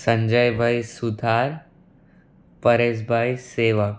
સંજયભાઈ સુથાર પરેશભાઈ સેવક